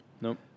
Nope